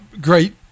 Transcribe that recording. great